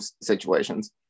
situations